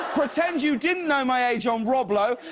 pretend you didn't know my age on rob low.